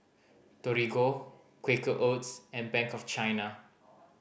Torigo Quaker Oats and Bank of China